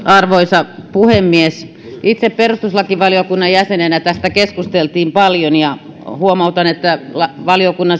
arvoisa puhemies itse olen perustuslakivaliokunnan jäsen ja tästä keskusteltiin paljon huomautan että valiokunnan